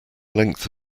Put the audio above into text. length